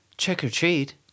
trick-or-treat